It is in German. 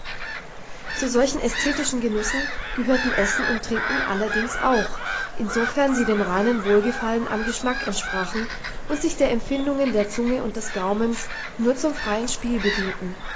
zu solchen ästhetischen genüssen gehörten essen und trinken allerdings auch insofern sie dem reinen wohlgefallen am geschmack entsprachen und sich der empfindungen der zunge und des gaumens nur zum freien spiel bedienten